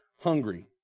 hungry